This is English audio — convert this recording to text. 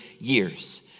years